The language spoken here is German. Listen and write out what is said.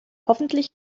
hoffentlich